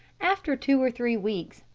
after two or three weeks,